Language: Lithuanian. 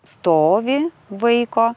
stovį vaiko